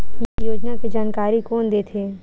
योजना के जानकारी कोन दे थे?